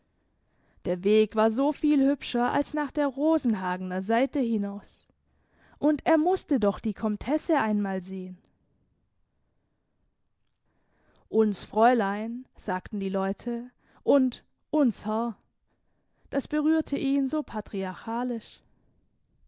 der weg war so viel hübscher als nach der rosenhagener seite hinaus und er musste doch die komtesse einmal sehen uns fräulein sagten die leute und uns herr das berührte ihn so patriarchalisch